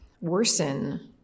worsen